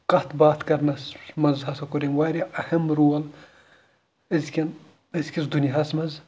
کَتھ باتھ کَرنَس منٛز ہَسا کوٚر أمۍ واریاہ اہم رول أزۍکٮ۪ن أزۍکِس دُنیاہَس منٛز